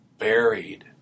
buried